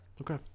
Okay